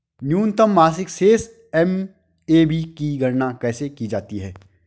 न्यूनतम मासिक शेष एम.ए.बी की गणना कैसे की जाती है?